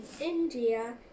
India